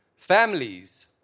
Families